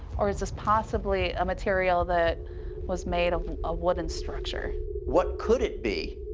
or is this possibly a material that was made of a wooden what could it be?